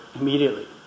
immediately